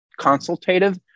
consultative